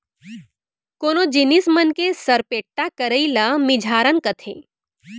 कोनो जिनिस मन के सरपेट्टा करई ल मिझारन कथें